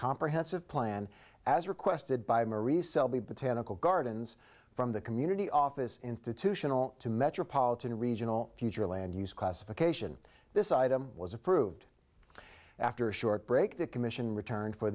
comprehensive plan as requested by marie selby botanical gardens from the community office institutional to metropolitan regional future land use classification this item was approved after a short break the commission returned for